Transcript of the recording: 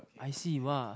I see !wah!